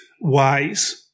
wise